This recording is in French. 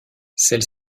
celle